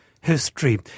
history